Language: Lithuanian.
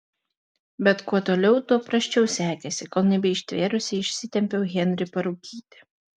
bet kuo toliau tuo prasčiau sekėsi kol nebeištvėrusi išsitempiau henrį parūkyti